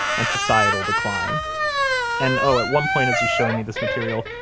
and societal decline. and, oh, at one point as he's showing me this material,